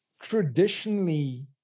traditionally